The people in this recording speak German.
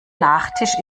nachtisch